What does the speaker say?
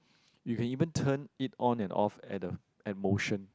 you can even turn it on and off at the at motion